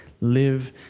Live